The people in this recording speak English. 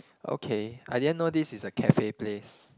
okay I didn't know this is a cafe place